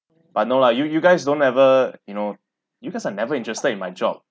but no lah you you guys don't ever you know you guys are never interested in my job